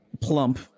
plump